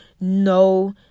no